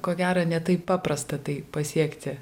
ko gera ne taip paprasta tai pasiekti